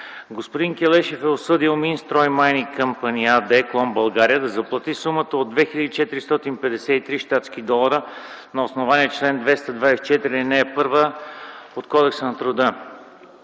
Господин Келешев е осъдил „Минстрой Майнинг Къмпани” АД, клон България, да заплати сумата от 2453 щатски долара на основание чл. 224, ал. 1 от Кодекса на труда.